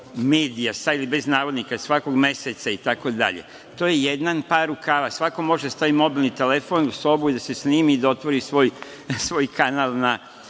medija, sa ili bez navodnika, svakog meseca i tako dalje, to je jedan par rukava. Svako može da stavi mobilni telefon u sobu i da se snimi i da otvori svoj kanal na